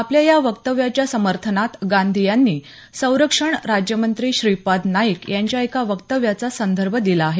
आपल्या या वक्तव्याच्या समर्थनात गांधी यांनी संरक्षण राज्यमंत्री श्रीपाद नाईक यांच्या एका वक्तव्याचा संदर्भ दिला आहे